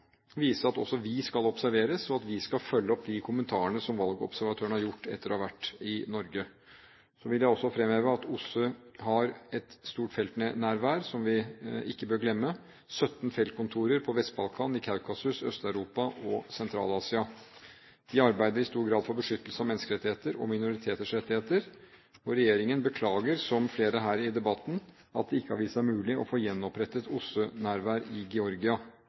at også vi skal observeres, og at vi skal følge opp de kommentarene som valgobservatørene har gitt etter å ha vært i Norge. Jeg vil også fremheve at OSSE har et stort feltnærvær som vi ikke bør glemme – 17 feltkontorer på Vest-Balkan, i Kaukasus, Øst-Europa og Sentral-Asia. De arbeider i stor grad for beskyttelse av menneskerettigheter og minoriteters rettigheter. Regjeringen beklager, som flere her i debatten, at det ikke har vist seg mulig å få gjenopprettet OSSE-nærvær i Georgia.